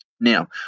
Now